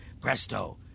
presto